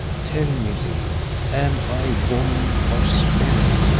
tell me, leo, am i woman or spirit?